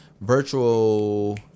virtual